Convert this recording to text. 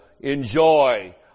enjoy